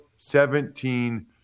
17